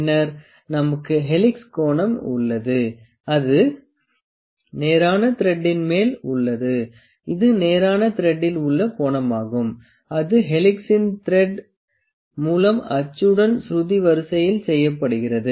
பின்னர் நமக்கு ஹெலிக்ஸ் கோணம் உள்ளது அது நேரான த்ரெடின் மேல் உள்ளது இது நேரான த்ரெடில் உள்ள கோணமாகும் அது ஹெலிக்சின் தரேட் மூலம் அச்சுடன் சுருதி வரிசையில் செய்யப்படுகிறது